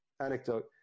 Anecdote